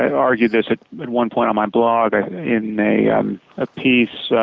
and argued this at one point on my blog in a um ah piece.